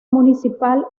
municipal